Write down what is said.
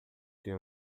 tinha